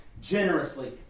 generously